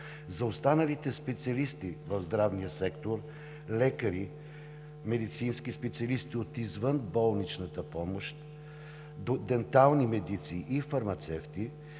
За останалите специалисти в здравния сектор – лекари, медицински специалисти от извънболничната помощ, дентални медици и фармацевти,